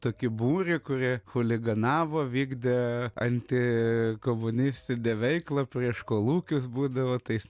tokį būrį kurie chuliganavo vykdė anti komunistinę veiklą prieš kolūkius būdavo tais